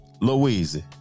Louise